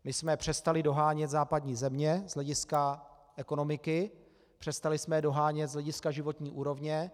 My jsme přestali dohánět západní země z hlediska ekonomiky, přestali jsme je dohánět z hlediska životní úrovně.